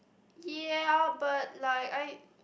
ya but like I